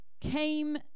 came